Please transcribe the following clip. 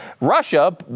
Russia